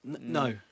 No